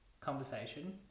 conversation